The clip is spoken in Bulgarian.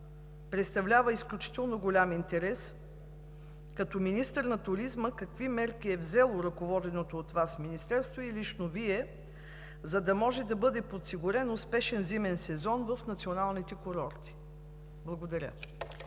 представлява изключително голям интерес като министър на туризма какви мерки е взело ръководеното от Вас Министерство и лично Вие, за да може да бъде подсигурен успешен зимен сезон в националните курорти. Благодаря.